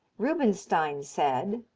rubinstein said